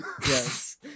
Yes